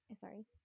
Sorry